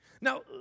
Now